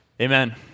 Amen